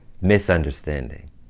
misunderstanding